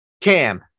Cam